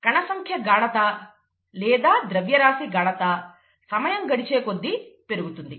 కణసంఖ్య గాఢత లేదా ద్రవ్యరాశి గాఢత సమయం గడిచే కొద్దీ పెరుగుతుంది